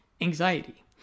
anxiety